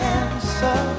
answer